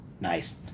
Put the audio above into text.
Nice